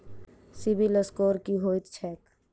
CIBIL score की होइत छैक?